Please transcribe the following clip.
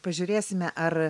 pažiūrėsime ar